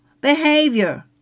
behavior